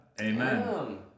Amen